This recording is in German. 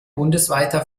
bundesweiter